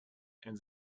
and